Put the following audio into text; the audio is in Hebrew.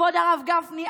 כבוד הרב גפני,